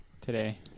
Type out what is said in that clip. today